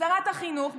שרת החינוך,